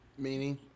Meaning